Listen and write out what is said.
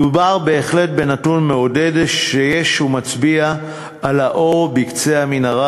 מדובר בהחלט בנתון מעודד שמצביע על האור בקצה המנהרה